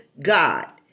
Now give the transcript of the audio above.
God